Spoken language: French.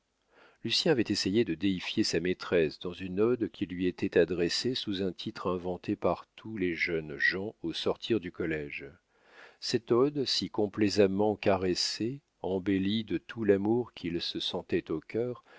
lucien avait essayé de déifier sa maîtresse dans une ode qui lui était adressée sous un titre inventé par tous les jeunes gens au sortir du collége cette ode si complaisamment caressée embellie de tout l'amour qu'il se sentait au cœur